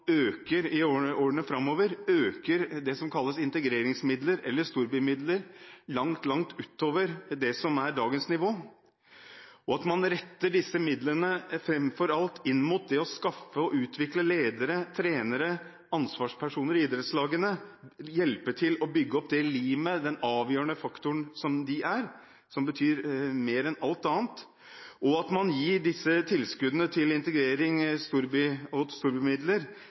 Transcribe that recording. i årene framover øker det som kalles integreringsmidler eller storbymidler langt, langt utover det som er dagens nivå. Jeg oppfordrer til at man retter disse midlene framfor alt inn mot det å skaffe og utvikle ledere, trenere og ansvarspersoner i idrettslagene, og hjelper til med å bygge opp det limet og den avgjørende faktoren som de er – mer enn alt annet – og at man gir disse tilskuddene til integrering, og storbymidler,